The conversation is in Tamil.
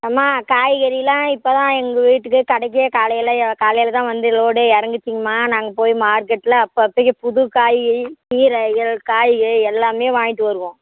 அம்மா காய்கறியெலாம் இப்போதான் எங்கள் வீட்டுக்கு கடைக்கே காலையில் காலையில்தான் வந்து லோடே இறங்குச்சிங்கம்மா நாங்கள் போய் மார்கெட்டில் அப்போ அப்பக்கி புது காய்கறி கீரைகள் காய்கள் எல்லாமே வாங்கிகிட்டு வருவோம்